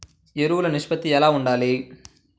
ఎరువులు నిష్పత్తి ఎలా ఉండాలి?